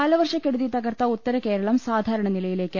കാലവർഷക്കെടുതി തകർത്ത ഉത്തരകേരളം സാധാരണ നിലയിലേക്ക്